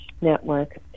network